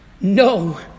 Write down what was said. no